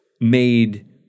made